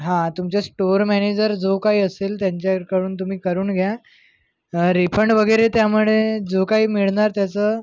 हा तुमचा store manager जो काय असेल त्यांच्याकडून तुम्ही करून घ्या रिफन्ड वगैरे त्यामध्ये जो काही मिळणार त्याचं